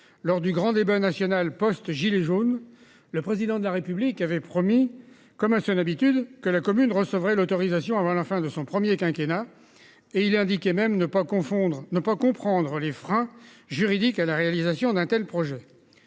lors du grand débat national Post gilets jaune. Le président de la République, il avait promis. Comme à son habitude, que la commune recevrai l'autorisation avant la fin de son premier quinquennat, est-il indiqué même ne pas confondre ne pas comprendre les freins juridiques à la réalisation d'un tel projet.